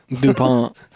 DuPont